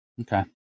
Okay